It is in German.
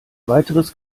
weiteres